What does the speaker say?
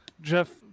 Jeff